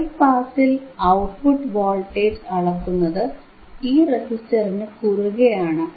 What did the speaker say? high പാസിൽ output voltage അളക്കുന്നത് ഈ റെസിസ്റ്ററിനു കുറുകയൊണ്